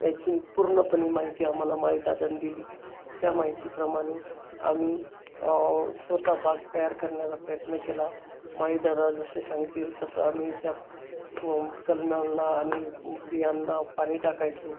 याची पूर्णपणे माहिती आम्हाला माळीदादांनी दिली त्या माहितीप्रमाणे आम्ही स्वत बाग तयार करण्याचा प्रयत्न केला माळीदादा जसे सांगतील तसं आम्ही त्या फु कलम्यालला आणि बियांना पाणी टाकायचो